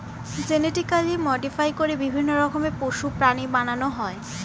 genetically modify করে বিভিন্ন রকমের পশু, প্রাণী বানানো হয়